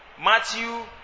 Matthew